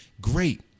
great